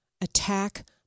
attack